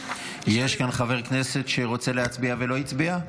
יש כאן חבר כנסת שרוצה להצביע ולא הצביע?